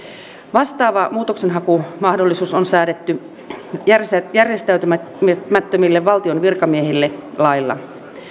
vastaava muutoksenhakumahdollisuus on säädetty järjestäytymättömille valtion virkamiehille lailla